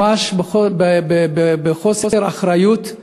ממש בחוסר אחריות,